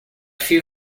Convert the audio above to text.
few